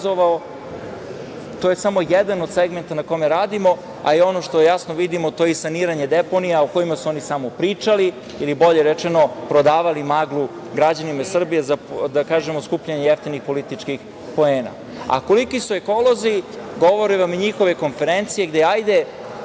To je samo jedan od segmenta na kome radimo, a ono što jasno vidimo, to je i saniranje deponija o kojima su oni samo pričali ili bolje rečeno prodavali maglu građanima Srbije, da kažemo skupljanje jeftinih političkih poena.A koliki su ekolozi, govore vam njihove konferencije gde, hajde,